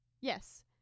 Yes